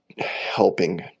helping